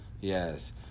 Yes